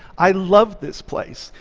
i loved this place.